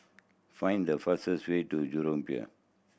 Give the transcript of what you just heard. find the fastest way to Jurong Pier